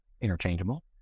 interchangeable